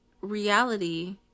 reality